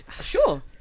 sure